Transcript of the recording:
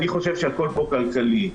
אני חושב שהכל פה כלכלי.